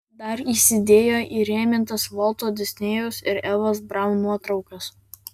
dar įsidėjo įrėmintas volto disnėjaus ir evos braun nuotraukas